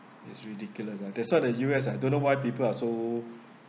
it's ridiculous ah that's what the U_S I don't know why people are so